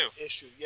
issue